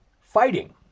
fighting